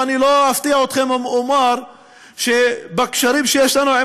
ולא אפתיע אתכם אם אומר שבקשרים שיש לנו עם